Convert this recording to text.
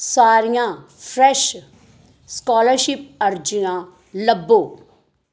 ਸਾਰੀਆਂ fresh scholarship ਅਰਜ਼ੀਆਂ ਲੱਭੋ